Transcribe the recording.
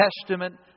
Testament